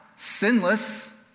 Sinless